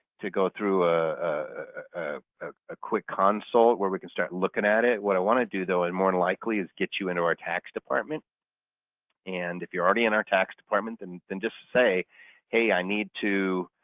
to go through a a quick consult where we can start looking at it. what i want to do though and more likely is get you into our tax department and if you're already in our tax department and then just say hey, i need to